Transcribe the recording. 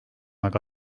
aga